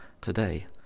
today